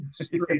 straight